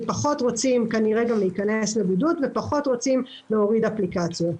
פחות רוצה להיכנס לבידוד ופחות רוצה להוריד אפליקציות.